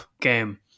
game